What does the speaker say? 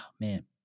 man